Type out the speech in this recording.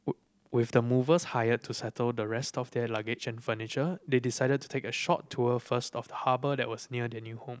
with the movers hired to settle the rest of their luggage and furniture they decided to take a short tour first of the harbour that was near their new home